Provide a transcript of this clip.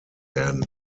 werden